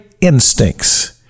instincts